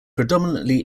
predominantly